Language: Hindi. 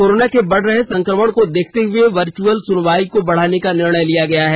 कोरोना को बढ़ रहे संक्रमण को देखते हुए वर्चुअल सुनवाई को बढ़ाने का निर्णय लिया गया है